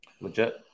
legit